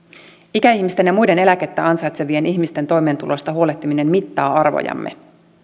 ikäihmisten ja muiden eläkettä ansaitsevien ihmisten toimeentulosta huolehtiminen mittaa arvojamme